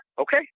okay